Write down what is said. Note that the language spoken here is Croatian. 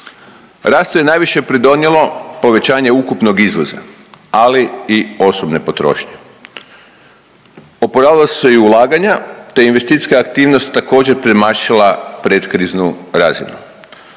Rastu je najviše pridonijelo povećanje ukupnog izvoza, ali i osobne potrošnje. Oporavila su se i ulaganja te investicijska aktivnost također, premašila predkriznu razinu.